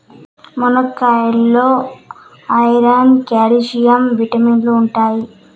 మునక్కాయాల్లో iron, calcium విటమిన్లు ఉంటాయి